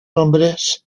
hombres